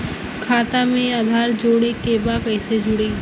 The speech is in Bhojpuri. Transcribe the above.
खाता में आधार जोड़े के बा कैसे जुड़ी?